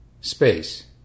space